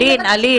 אלין, אלין.